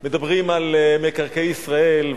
מדברים על מקרקעי ישראל,